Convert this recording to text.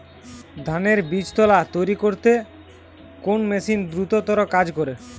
ধানের বীজতলা তৈরি করতে কোন মেশিন দ্রুততর কাজ করে?